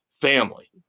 family